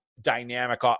dynamic